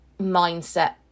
mindset